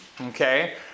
okay